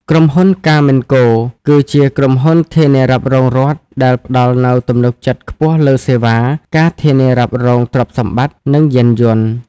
ក្រុមហ៊ុន កាមិនកូ Caminco គឺជាក្រុមហ៊ុនធានារ៉ាប់រងរដ្ឋដែលផ្ដល់នូវទំនុកចិត្តខ្ពស់លើសេវា ការធានារ៉ាប់រងទ្រព្យសម្បត្តិ និងយានយន្ត។